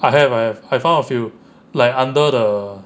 I have I have I found a few like under the